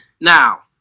Now